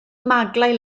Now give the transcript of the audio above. maglau